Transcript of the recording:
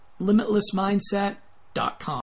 limitlessmindset.com